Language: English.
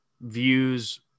views